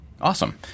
Awesome